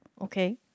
Okay